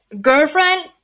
girlfriend